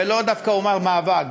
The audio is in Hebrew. ולאו דווקא אומר מאבק,